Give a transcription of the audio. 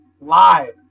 live